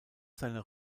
seiner